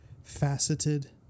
Faceted